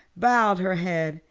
bowed her head,